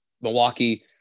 Milwaukee –